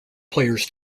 players